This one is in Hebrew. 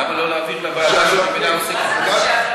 למה לא להעביר לוועדה שממילא עוסקת בזה?